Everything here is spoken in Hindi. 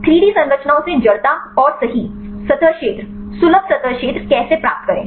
3 डी संरचनाओं से जड़ता और सही सतह क्षेत्र सुलभ सतह क्षेत्र कैसे प्राप्त करें